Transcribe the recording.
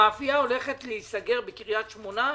המאפייה הולכת להיסגר בקריית שמונה,